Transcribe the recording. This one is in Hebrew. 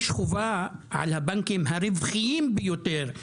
יש חובה על הבנקים הרווחיים ביותר,